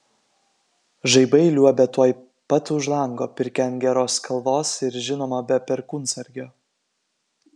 žaibai liuobia tuoj pat už lango pirkia ant geros kalvos ir žinoma be perkūnsargio